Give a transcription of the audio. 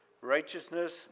righteousness